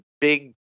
big